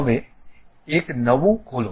હવે એક નવું ખોલો